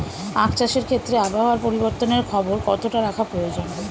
আখ চাষের ক্ষেত্রে আবহাওয়ার পরিবর্তনের খবর কতটা রাখা প্রয়োজন?